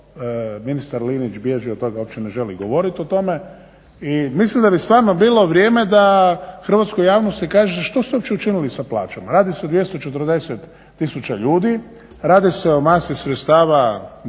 hrvatskoj javnosti kažete što ste uopće učinili sa plaćama? Radi se o 240 tisuća ljudi, radi se o masi sredstava